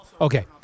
Okay